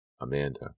Amanda